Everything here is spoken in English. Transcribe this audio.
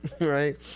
Right